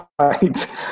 right